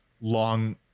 long